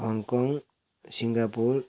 Hong Kong Singapore